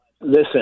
listen